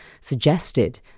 suggested